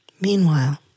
Meanwhile